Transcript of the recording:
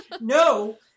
no